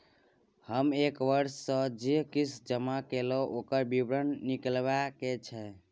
हम एक वर्ष स जे किस्ती जमा कैलौ, ओकर विवरण निकलवाबे के छै?